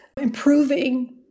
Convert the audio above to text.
improving